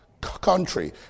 country